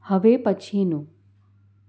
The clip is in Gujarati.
હવે પછીનું